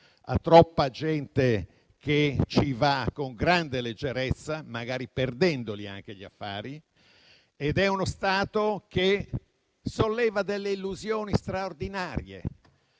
a troppa gente che ci va con grande leggerezza, magari perdendoli anche gli affari, è uno Stato che solleva illusioni straordinarie.